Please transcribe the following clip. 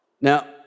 Now